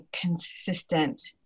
consistent